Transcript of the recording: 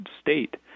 state